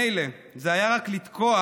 מילא אם זה היה רק לתקוע